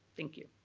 thank you.